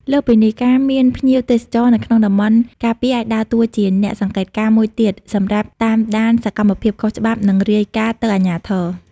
លើសពីនេះ ការមានភ្ញៀវទេសចរនៅក្នុងតំបន់ការពារអាចដើរតួជាអ្នកសង្កេតការ មួយទៀតសម្រាប់តាមដានសកម្មភាពខុសច្បាប់ និងរាយការណ៍ទៅអាជ្ញាធរ។